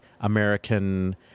American